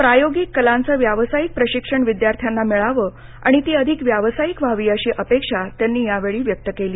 प्रायोगिक कलांचं व्यावसायिक प्रशिक्षण विद्यार्थ्यांना मिळावं आणि ती अधिक व्यावासायिक व्हावी अशी अपेक्षा त्यांनी या वेळी व्यक्त केली